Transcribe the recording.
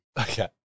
Okay